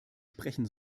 sprechen